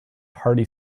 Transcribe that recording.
hearty